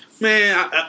Man